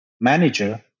manager